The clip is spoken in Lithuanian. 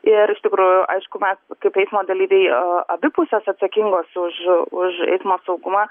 ir iš tikrųjų aišku mes kaip eismo dalyviai abi pusės atsakingos už už eismo saugumą